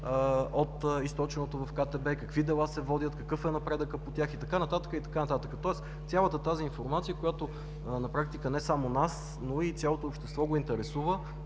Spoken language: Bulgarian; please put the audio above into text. от източеното в КТБ, какви дела се водят, какъв е напредъкът по тях и така нататък, и така нататък – тоест цялата информация, която на практика не само нас, но и цялото общество го интересува,